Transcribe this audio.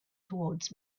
towards